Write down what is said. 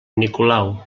nicolau